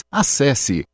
acesse